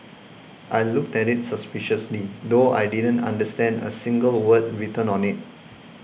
I looked at it suspiciously though I didn't understand a single word written on it